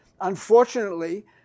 unfortunately